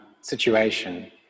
situation